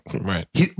Right